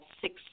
six